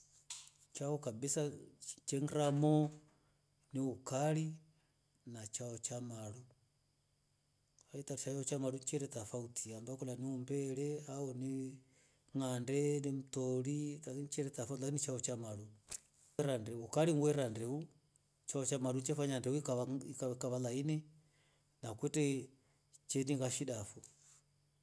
Chao kabisa chenra moo ni ukari na chao cha maruu yanii choa cha maruu chele tofauti ambacho ni umbere. ngande. mtori, chete tofauti ambacho chera ndefu ugari chao cha maru chefanya ndeu ikawa laini na kwete cheninga shinda na kwete cheninga shida foo.